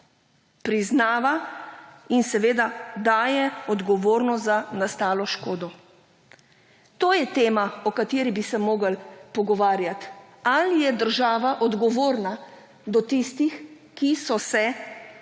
Priznava in seveda daje odgovornost za nastalo škodo. To je terma o kateri bi se morali pogovarjati. Ali je država odgovorna do tistih, ki so se